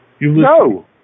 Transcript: No